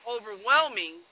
overwhelming